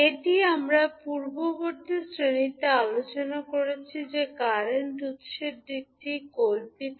এটি আমরা পূর্ববর্তী শ্রেণিতে আলোচনা করেছি যে কারেন্ট উত্সের দিকটি কল্পিত